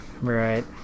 right